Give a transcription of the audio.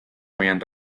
habían